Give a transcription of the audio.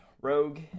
rogue